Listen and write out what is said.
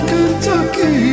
Kentucky